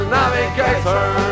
navigator